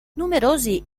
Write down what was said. numerosi